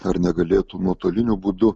ar negalėtų nuotoliniu būdu